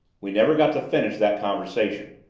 we never got to finish that conversation.